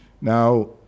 Now